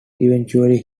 eventually